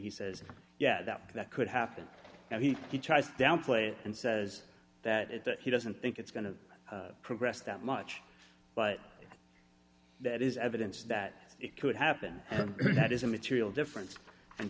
he says yeah that that could happen and he he tries to downplay it and says that he doesn't think it's going to progress that much but that is evidence that it could happen that is a material difference and